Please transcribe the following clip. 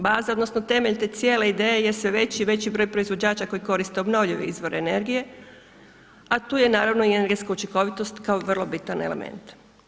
Baza odnosno, temelj te cijele ideje je sve veći i veći broj proizvođača koji koristi obnovljive izvore energije, a tu je naravno i energetska učinkovitost kao vrlo bitan element.